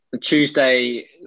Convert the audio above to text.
Tuesday